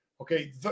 Okay